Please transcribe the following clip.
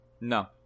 no